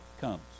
comes